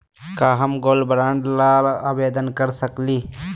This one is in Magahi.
का हम गोल्ड बॉन्ड ल आवेदन कर सकली?